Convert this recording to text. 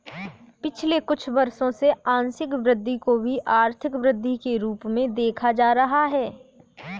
पिछले कुछ वर्षों से आंशिक वृद्धि को भी आर्थिक वृद्धि के रूप में देखा जा रहा है